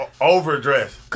overdressed